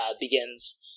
begins